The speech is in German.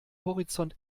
horizont